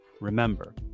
remember